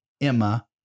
Emma